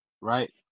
Right